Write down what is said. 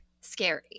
scary